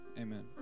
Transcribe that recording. Amen